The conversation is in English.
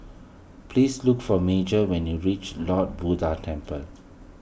please look for Major when you reach Lord Buddha Temple